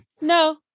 No